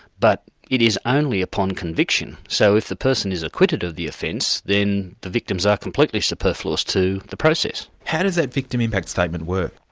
but it is only upon conviction, so if the person is acquitted of the offence, then the victims are completely superfluous to the process. how does that victim impact statement work?